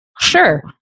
sure